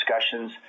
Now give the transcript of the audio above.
discussions